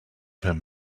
him